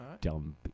dumb